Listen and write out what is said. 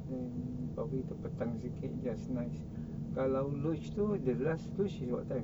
then probably itu petang sikit just nice kalau luge tu the last luge is what time